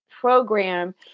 program